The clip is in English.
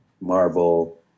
Marvel